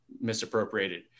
misappropriated